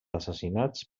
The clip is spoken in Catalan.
assassinats